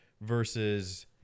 versus